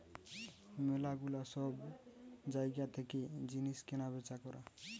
ম্যালা গুলা সব জায়গা থেকে জিনিস কেনা বেচা করা